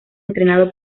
entrenado